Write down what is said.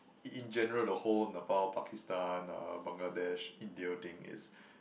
in in general the whole Nepal Pakistan uh Bangladesh India thing is